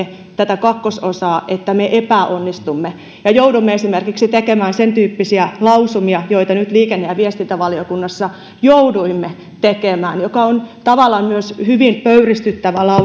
tätä kakkososaa että me epäonnistumme ja joudumme esimerkiksi tekemään sen tyyppisiä lausumia joita nyt liikenne ja viestintävaliokunnassa jouduimme tekemään joka on tavallaan myös hyvin pöyristyttävä